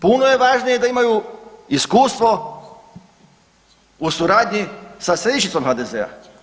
Puno je važnije da imaju iskustvo u suradnji sa središnjicom HDZ-a.